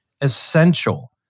essential